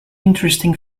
interesting